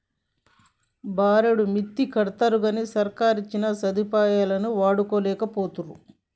బారెడు మిత్తికడ్తరుగని సర్కారిచ్చిన సదుపాయాలు వాడుకోలేకపోతరు